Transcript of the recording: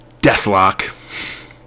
Deathlock